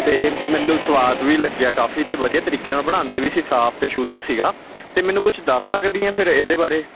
ਤੇ ਮੈਨੂੰ ਸਵਾਦ ਵੀ ਲੱਗਿਆ ਕਾਫੀ ਅਤੇ ਵਧੀਆ ਤਰੀਕੇ ਨਾਲ ਬਣਾਉਂਦੇ ਵੀ ਸੀ ਸਾਫ ਅਤੇ ਸ਼ੁੱਧ ਸੀਗਾ ਅਤੇ ਮੈਨੂੰ ਕੁਛ ਦੱਸ ਸਕਦੀ ਆਂ ਫਿਰ ਇਹਦੇ ਬਾਰੇ